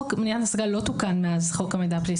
חוק מניעת העסקה לא תוקן מאז חוק המידע הפלילי.